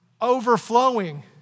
overflowing